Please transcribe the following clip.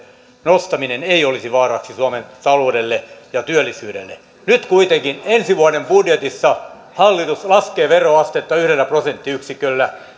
nostaminen ei olisi vaaraksi suomen taloudelle ja työllisyydelle nyt kuitenkin ensi vuoden budjetissa hallitus laskee veroastetta yhdellä prosenttiyksiköllä